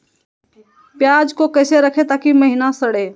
प्याज को कैसे रखे ताकि महिना सड़े?